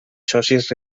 socis